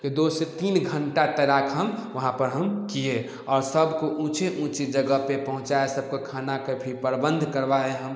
कि दो से तीन घंटा तैराक हम वहाँ पर हम किए और सबको ऊँचे ऊँची जगह पर पहुँचाया सबका खाना का भी प्रबंध करवाए हम